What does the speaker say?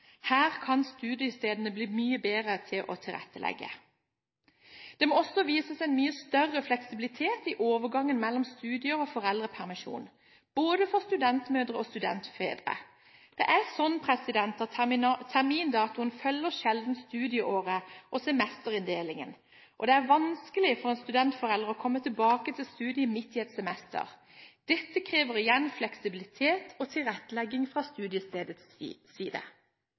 Her kan studiestedene bli mye bedre til å tilrettelegge. Det må også vises større fleksibilitet i overgangen mellom studier og foreldrepermisjon, både for studentmødre og studentfedre. Det er sånn at termindatoen sjelden følger studieåret og semesterinndelingene, og det er vanskelig for en studentforelder å komme tilbake til studiet midt i et semester. Dette krever igjen fleksibilitet og tilrettelegging fra studiestedets side.